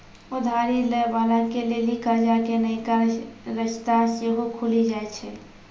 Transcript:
उधारी लै बाला के लेली कर्जा के नयका रस्ता सेहो खुलि जाय छै